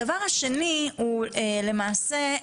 הדבר השני למעשה,